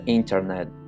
internet